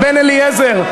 חבר הכנסת בן-אליעזר,